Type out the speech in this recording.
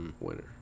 winner